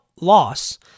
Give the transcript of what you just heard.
loss